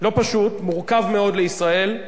לא פשוט, מורכב מאוד לישראל,